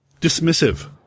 dismissive